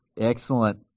Excellent